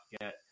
get